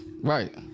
Right